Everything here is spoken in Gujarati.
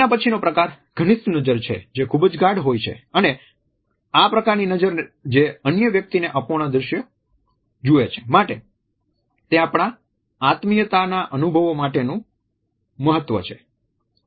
એના પછીનો પ્રકાર ઘનિષ્ઠ નજર છે જે ખુબજ ગાઢ હોય છે અને આ પ્રકારની નજર જે અન્ય વ્યક્તિને અપૂર્ણ દ્રશ્ય જુવે છે માટે તે આપણા આત્મીયતાના અનુભવો માટે મહત્વનું છે